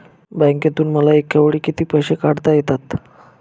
बँकेतून मला एकावेळी किती पैसे काढता येतात?